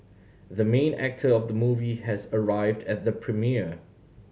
the main actor of the movie has arrived at the premiere